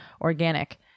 organic